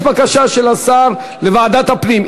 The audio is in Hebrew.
יש בקשה של השר לוועדת הפנים.